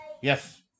Yes